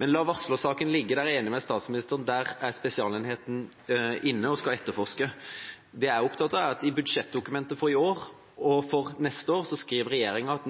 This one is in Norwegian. Men la varslersaken ligge. Jeg er enig med statsministeren i at der er spesialenheten inne og skal etterforske. Det jeg er opptatt av, er at i budsjettdokumentet for i år og for neste år skriver regjeringa at